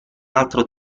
altro